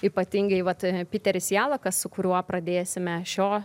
ypatingai vat piteris yala kas su kuriuo pradėsime šio